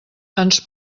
ens